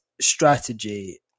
strategy